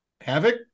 Havoc